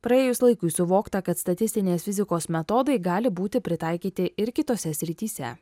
praėjus laikui suvokta kad statistinės fizikos metodai gali būti pritaikyti ir kitose srityse